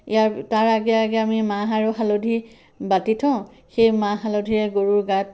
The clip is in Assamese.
ইয়াৰ তাৰ আগে আগে আমি মাহ আৰু হালধি বাতি থওঁ সেই মাহ হালধিৰে গৰুৰ গাত